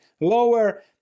lower